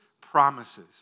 promises